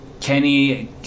Kenny